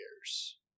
years